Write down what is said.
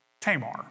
Tamar